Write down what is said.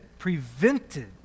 prevented